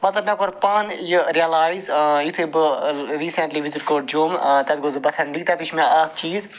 مَطلَب مےٚ کوٚر پانہٕ یہِ رِیَلایز یُتھُے بہٕ ریٖسٮ۪نٛٹلی وِزِٹ کوٚر جوٚم تتہِ گوس بہٕ بَٹھَنڈی تتہِ وٕچھ مےٚ اکھ چیٖز